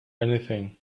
anything